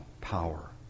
power